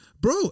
Bro